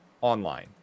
online